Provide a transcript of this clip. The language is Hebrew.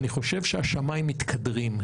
אני חושב שהשמים מתקדרים,